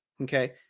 okay